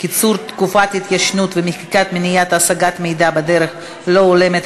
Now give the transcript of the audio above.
קיצור תקופות התיישנות ומחיקה ומניעת השגת מידע בדרך לא הולמת),